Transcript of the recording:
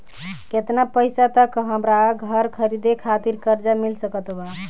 केतना पईसा तक हमरा घर खरीदे खातिर कर्जा मिल सकत बा?